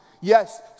Yes